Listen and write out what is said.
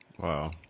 Wow